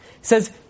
says